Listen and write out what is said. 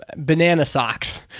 banana socks.